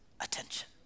attention